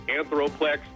Anthroplex